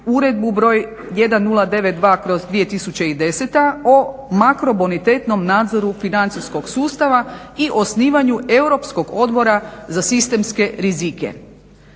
Uredbu broj 1092/2010. o makrobonitetnom nadzoru financijskog sustava i osnivanju Europskog odbora za sistemske rizike.